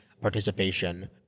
participation